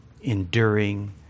enduring